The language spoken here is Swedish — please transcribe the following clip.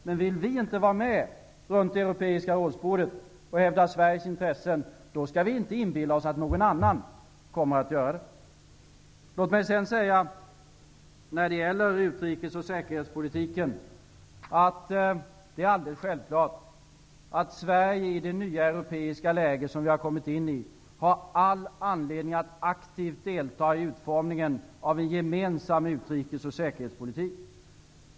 Men vill vi inte vara med runt det europeiska rådsbordet och hävda Sveriges intressen, då skall vi inte inbilla oss att någon annan kommer att göra det. Låt mig sedan säga, när det gäller utrikes och säkerhetspolitiken, att det är alldeles självklart att Sverige i det nya europeiska läge som vi kommit in i har all anledning att aktivt delta i utformningen av en gemensam utrikes och säkerhetspolitik.